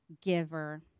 giver